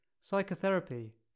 Psychotherapy